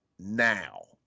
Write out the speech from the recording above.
Now